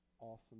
awesome